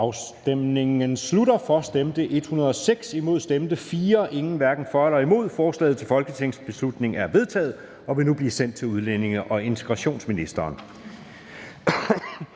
Mike Villa Fonseca (UFG)), imod stemte 4 (DF), hverken for eller imod stemte 0. Forslaget til folketingsbeslutning er vedtaget og vil nu blive sendt til udlændinge- og integrationsministeren.